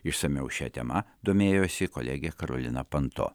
išsamiau šia tema domėjosi kolegė karolina panto